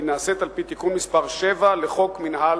והיא נעשית על-פי תיקון מס' 7 לחוק מינהל